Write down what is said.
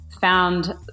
found